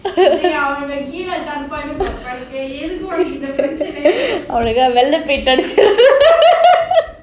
அவங்க கீழ கருப்பானு பார்ப்பாங்க எதுக்கு இந்த பிரச்னை அதுக்கு வெள்ள:avanga keezha karuppanu paarpanga edhukku prachana adhukku paint அடிச்சிடலாம்:adichidalaam